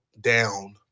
down